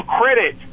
credit